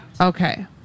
Okay